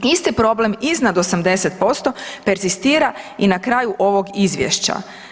Isti problem iznad 80% perzistira i na kraju ovog izvješća.